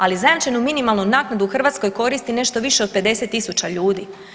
Ali zajamčenu minimalnu naknadu u Hrvatskoj koristi nešto više od 50 tisuća ljudi.